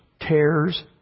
tears